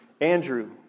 Andrew